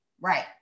Right